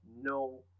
no